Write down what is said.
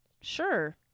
Sure